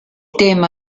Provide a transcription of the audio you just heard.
tema